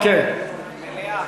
מליאה.